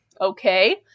Okay